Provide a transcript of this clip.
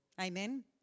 Amen